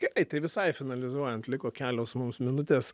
gerai tai visai finalizuojant liko kelios mums minutės